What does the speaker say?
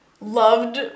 loved